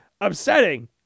upsetting